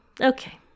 Okay